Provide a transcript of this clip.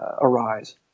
arise